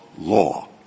law